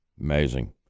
Amazing